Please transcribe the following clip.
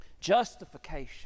Justification